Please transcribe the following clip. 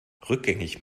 rückgängig